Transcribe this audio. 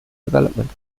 development